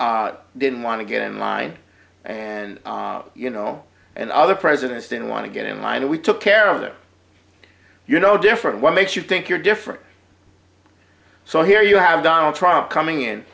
didn't want to get in line and you know and other presidents didn't want to get in line and we took care of their you know different what makes you think you're different so here you have donald trump coming in